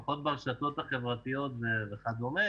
לפחות ברשתות החברתיות וכדומה